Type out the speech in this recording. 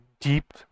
deep